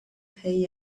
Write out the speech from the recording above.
pay